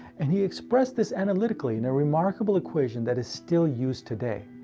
and he expressed this analytically in a remarkable equation that is still used today.